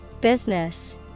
Business